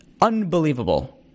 unbelievable